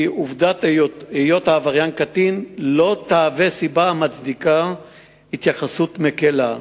כי עובדת היות העבריין קטין לא תהווה סיבה המצדיקה התייחסות מקלה.